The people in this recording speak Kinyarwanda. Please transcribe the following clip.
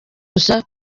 gusa